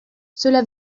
cela